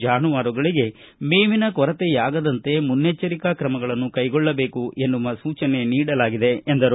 ಜಾನುವಾರುಗಳಿಗೆ ಮೇವಿನ ಕೊರತೆಯಾಗದಂತೆ ಮುನ್ನೆಚ್ಚರಿಕಾ ಕ್ರಮಗಳನ್ನು ಕೈಗೊಳ್ಳಬೇಕು ಎನ್ನುವ ಸೂಚನೆ ನೀಡಲಾಗಿದೆ ಎಂದರು